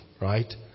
right